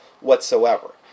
whatsoever